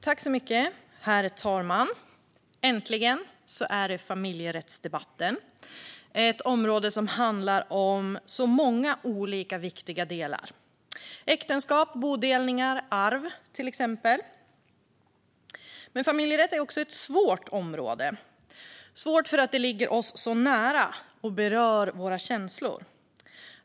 Herr talman! Äntligen är det dags för familjerättsdebatten! Detta är ett område som handlar om många olika viktiga delar, till exempel äktenskap, bodelningar och arv. Men familjerätt är också ett svårt område. Det är svårt för att det ligger oss så nära och berör våra känslor.